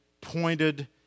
pointed